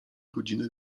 godziny